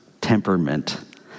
temperament